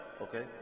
okay